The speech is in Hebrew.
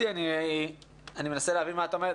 אני מנסה להבין מה את אומרת.